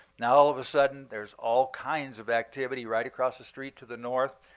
now all of a sudden there's all kinds of activity right across the street to the north.